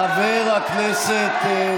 חבר הכנסת,